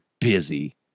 busy